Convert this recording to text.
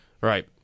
Right